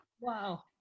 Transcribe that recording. Wow